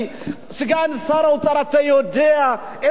אתה יודע איזה מצוקות חברתיות יש.